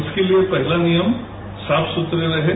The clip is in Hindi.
इसके लिए पहला नियम साफ सुषरे रहें